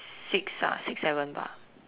six ah six seven bah